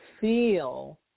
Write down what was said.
feel